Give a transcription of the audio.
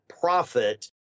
profit